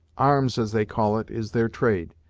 arms, as they call it, is their trade,